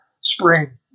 spring